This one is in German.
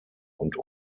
und